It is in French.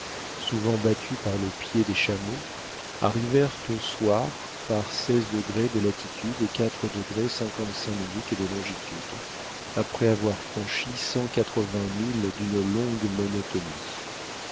souvent battue par le pied des chameaux arrivèrent au soir par de latitude et de longitude après avoir franchi cent quatre-vingts milles d'une longue monotonie